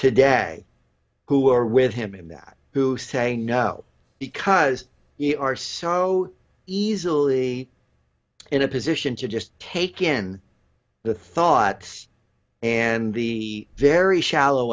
today who are with him in that who saying no because you are so easily in a position to just take in the thoughts and the very shallow